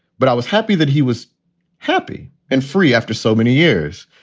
but i was happy that he was happy and free after so many years.